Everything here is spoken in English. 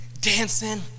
dancing